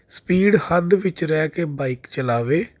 speed ਹੱਦ ਵਿੱਚ ਰਹਿ ਕੇ ਬਾਈਕ ਚਲਾਵੇ